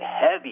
heavy